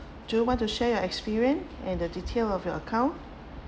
do you want to share your experience and the detail of your account